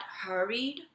hurried